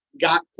got